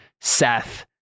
Seth